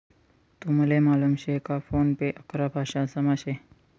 तुमले मालूम शे का फोन पे अकरा भाषांसमा शे